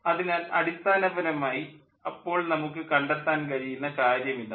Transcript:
അതിനാൽ അടിസ്ഥാനപരമായി അപ്പോൾ നമുക്ക് കണ്ടെത്താൻ കഴിയുന്ന കാര്യം ഇതാണ്